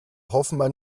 hoffmann